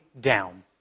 down